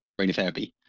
radiotherapy